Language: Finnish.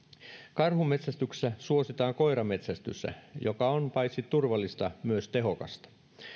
karhunmetsästyksessä suositaan koirametsästystä joka on paitsi turvallista myös tehokasta